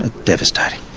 ah devastating.